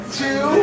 two